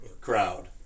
crowd